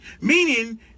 Meaning